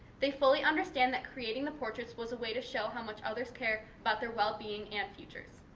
they fully understand that creating the portraits was a way to show how much others care about their well-being and futures.